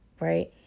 right